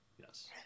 yes